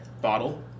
bottle